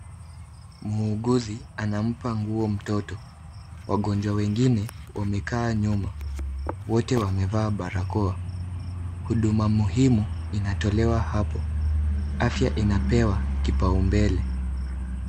Muuguzi anampa nguo mtoto. Wagonjwa wengine wamekaa nyuma. Wote wamevaa barakoa. Huduma muhimu inatolewa hapo. Afya inapewa kipaumbele.